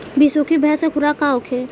बिसुखी भैंस के खुराक का होखे?